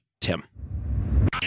Tim